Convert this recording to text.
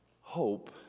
hope